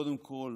קודם כול